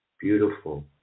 beautiful